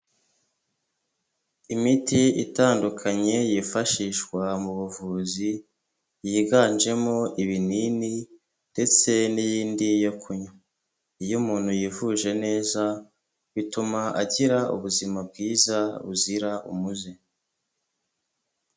Imiti itandukanye yifashishwa mu buvuzi yiganjemo ibinini ndetse n'iyindi yo kunywa iyo umuntu yivuje neza bituma agira ubuzima bwiza buzira umuze.